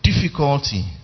difficulty